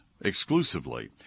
exclusively